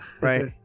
Right